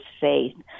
faith